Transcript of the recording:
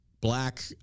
Black